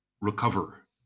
recover